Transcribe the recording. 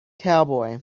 cowboy